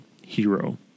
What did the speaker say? hero